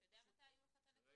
אתה יודע מתי יהיו לך את הנתונים?